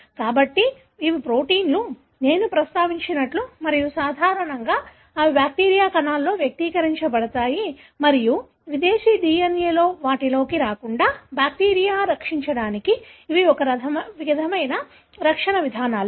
కాబట్టి ఇవి ప్రొటీన్లు నేను ప్రస్తావించినట్లు మరియు సాధారణంగా అవి బ్యాక్టీరియా కణాలలో వ్యక్తీకరించబడతాయి మరియు విదేశీ DNA వాటిలోకి రాకుండా బ్యాక్టీరియా రక్షించడానికి ఇవి ఒక విధమైన రక్షణ విధానాలు